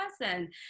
person